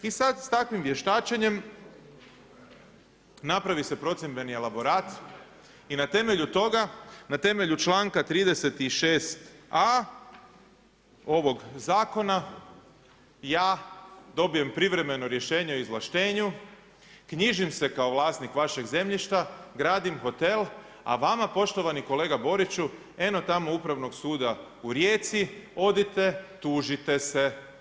I sad s takvim vještačenjem, napravi se procjendbeni elaborat i na temelju toga, na temelju članka 36.a ovog zakona ja dobijem privremeno rješenje o izvlaštenju, knjižim se kao vlasnik vašeg zemljišta, gradim hotel, a vama poštovani kolega Boriću eno tamo Upravnog suda u Rijeci, odite tužite se.